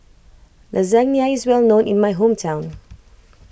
Lasagna is well known in my hometown